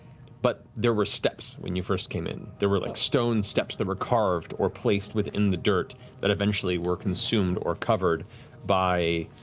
but there were steps when you first came in. there were like stone steps that were carved or placed within the dirt that eventually were consumed or covered by